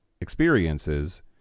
experiences